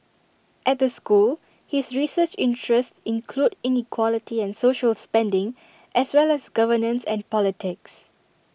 at the school his research interests include inequality and social spending as well as governance and politics